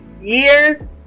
years